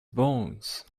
bones